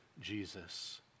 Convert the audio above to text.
Jesus